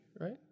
right